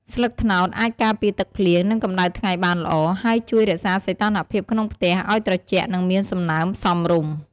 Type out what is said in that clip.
ស្លឹកត្នោតអាចការពារទឹកភ្លៀង និងកំដៅថ្ងៃបានល្អ ហើយជួយរក្សាសីតុណ្ហភាពក្នុងផ្ទះឲ្យត្រជាក់ និងមានសំណើមសមរម្យ។